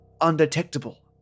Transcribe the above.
undetectable